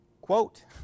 quote